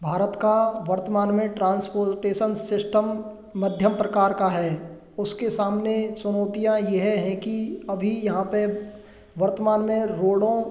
भारत का वर्तमान में ट्रांसपोर्टेशन सिस्टम मध्यम प्रकार का है उसके सामने चुनौतियाँ यह है कि अभी यहाँ पर वर्तमान में रोड़ों